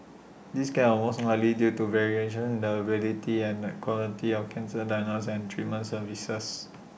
this gap are was unlikely due to variations the availability and the quality of cancer diagnosis and treatment services